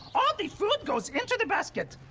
all the food goes into the basket.